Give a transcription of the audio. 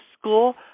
school